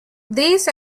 these